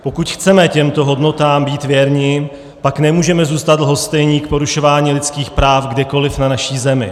Pokud chceme těmto hodnotám být věrni, pak nemůžeme zůstat lhostejní k porušování lidských práv kdekoliv na naší Zemi.